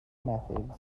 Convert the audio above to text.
methods